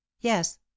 yes